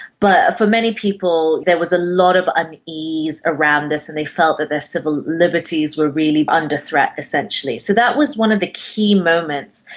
but for many people there was a lot of unease around this and they felt that their civil liberties were really under threat essentially. so that was one of the key moments,